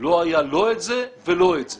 לא היה לא את זה ולא את זה